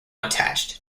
attached